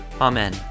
Amen